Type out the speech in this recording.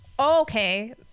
Okay